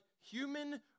human